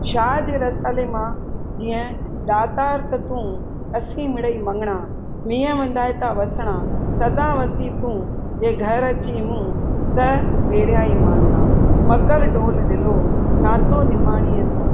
शाह जे रसाले मां जीअं ॾातार त तूं असी मिड़ई मङिणा मींहुं वंडाए था वसिणा सदा वसी तूं जंहिं घरु अची मूं त मेड़ियाई माना मकर डोल डिलो नातो निमाणीअ सां